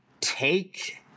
take